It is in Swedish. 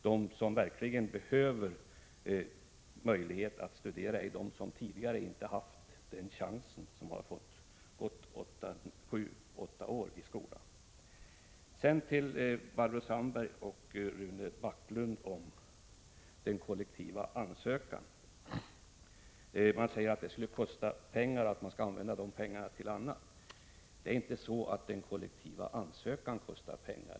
De som verkligen behöver möjlighet att studera är de som tidigare inte haft den möjligheten, de som har gått sju åtta år i skolan. Sedan vill jag vända mig till Barbro Sandberg och Rune Backlund beträffande den kollektiva ansökan. Man säger att det skulle kosta pengar och att man skall använda de pengarna till annat. Men det är inte så att den kollektiva ansökan kostar pengar.